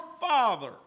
Father